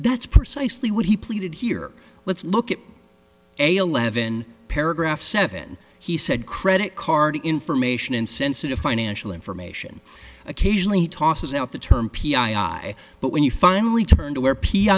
that's precisely what he pleaded here let's look at eleven paragraph seven he said credit card information insensitive financial information occasionally tosses out the term but when you finally turn to where p